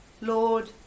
Lord